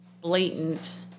blatant